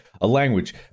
language